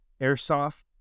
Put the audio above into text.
airsoft